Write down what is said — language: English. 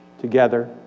together